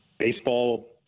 baseball